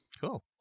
Cool